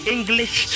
English